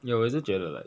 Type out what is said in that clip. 我也是觉得 like